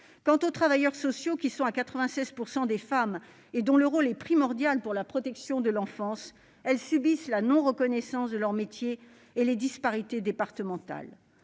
Quant aux travailleurs sociaux, qui sont des femmes à 96 % et dont le rôle est primordial pour la protection de l'enfance, ils subissent l'absence de reconnaissance de leur métier et les disparités départementales.